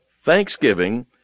thanksgiving